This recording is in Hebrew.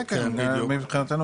מבחינתנו